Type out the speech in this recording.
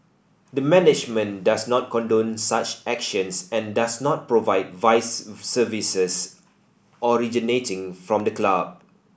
the management does not condone such actions and does not provide vice services originating from the club